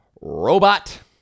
robot